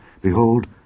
behold